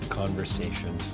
conversation